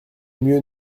mieux